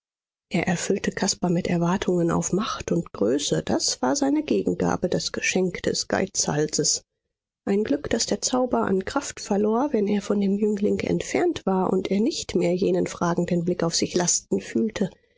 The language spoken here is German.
er erfüllte caspar mit erwartungen auf macht und größe das war seine gegengabe das geschenk des geizhalses ein glück daß der zauber an kraft verlor wenn er von dem jüngling entfernt war und er nicht mehr jenen fragenden blick auf sich lasten fühlte